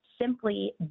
simply